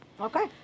okay